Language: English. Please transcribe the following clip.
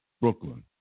Brooklyn